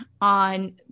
on